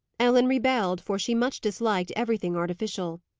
ellen rebelled, for she much disliked everything artificial.